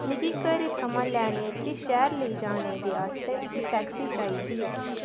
मिगी घरै थमां लैने ते शैह्ऱ लेई जाने दे आस्तै इक टैक्सी चाहिदी ऐ